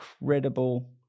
incredible